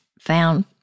found